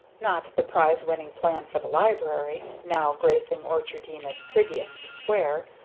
not the prize-winning plan for the library, now gracing orchardina's prettiest square,